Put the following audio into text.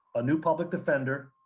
a new public defender,